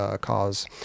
cause